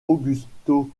augusto